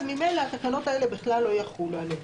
אז ממילא התקנות האלה בכלל לא יחולו עליהם.